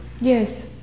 Yes